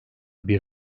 bir